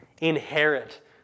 inherit